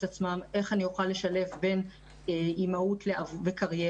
עצמן איך הן יוכלו לשלב בין אימהות וקריירה,